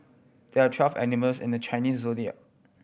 there are twelve animals in the Chinese Zodiac